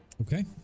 Okay